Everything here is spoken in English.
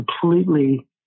completely